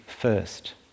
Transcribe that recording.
first